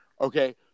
okay